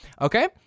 Okay